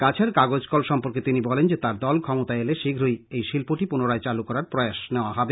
কাছাড় কাগজ কল সম্পর্কে তিনি বলেন যে তার দল ক্ষমতায় এলে শীঘ্রই এই শিল্পটি পুনরায় চালু করার প্রয়াস নেওয়া হবে